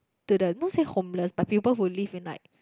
to the not say homeless but people who live in like